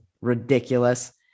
ridiculous